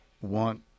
want